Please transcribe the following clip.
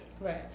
Right